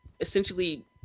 essentially